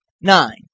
Nine